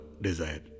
Desire